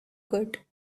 good